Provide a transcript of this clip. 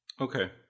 Okay